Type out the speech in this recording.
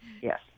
Yes